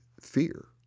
fear